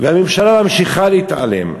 והממשלה ממשיכה להתעלם.